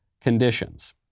conditions